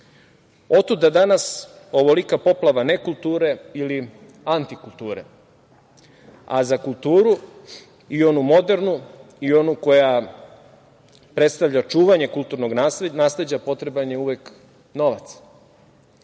Otuda danas ovolika poplava nekulture ili antikulture, a za kulturu, i onu modernu i onu koja predstavlja čuvanje kulturnog nasleđa, potreban je uvek novac. Kada